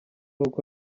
uko